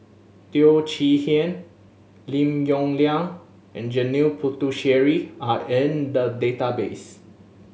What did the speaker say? Teo Chee Hean Lim Yong Liang and Janil Puthucheary are in the database